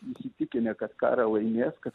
įsitikinę kad karą laimės kad